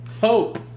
hope